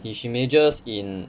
she majors in